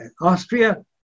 Austria